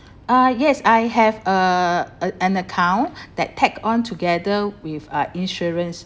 uh yes I have a a an account that tag on together with uh insurance